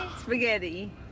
Spaghetti